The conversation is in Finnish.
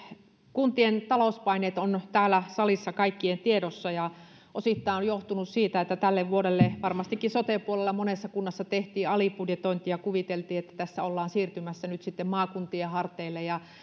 kuntien talouspaineet ovat täällä salissa kaikkien tiedossa ja osittain siitä on johtunut että tälle vuodelle varmastikin sote puolella monessa kunnassa tehtiin alibudjetointia kuviteltiin että tässä ollaan siirtymässä nyt sitten maakuntien harteille